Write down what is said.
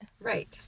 Right